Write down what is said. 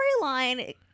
Storyline